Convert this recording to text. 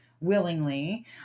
willingly